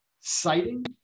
citing